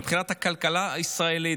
מבחינת הכלכלה הישראלית,